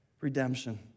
Redemption